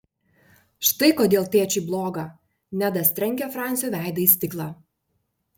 štai kodėl tėčiui bloga nedas trenkė fransio veidą į stiklą